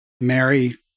Mary –